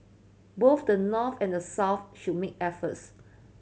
both the North and the South should make efforts